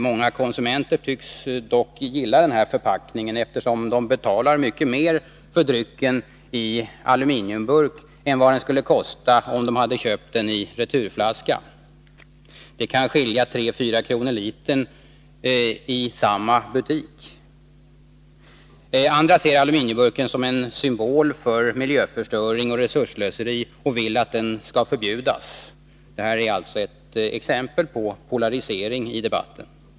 Många konsumenter tycks dock gilla den här förpackningen, eftersom de betalar mycket mer för drycken i aluminiumburk än vad den skulle kosta, om de hade köpt den i returflaska. Det kan skilja 3 å 4 kr. litern i samma butik. Andra ser aluminiumburken som en symbol för miljöförstö ring och resursslöseri och vill att den skall förbjudas. Det här är alltså ett exempel på polarisering i debatten.